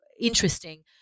interesting